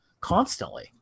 constantly